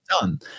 done